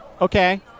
okay